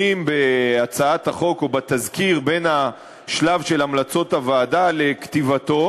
שינויים בהצעת החוק או בתזכיר בין השלב של המלצות הוועדה לכתיבתו,